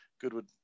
Goodwood